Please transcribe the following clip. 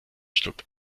schluckt